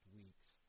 weeks